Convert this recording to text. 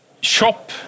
shop